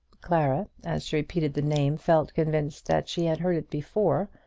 clara as she repeated the name felt convinced that she had heard it before,